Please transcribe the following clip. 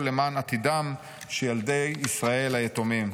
למען עתידם של ילדי ישראל היתומים".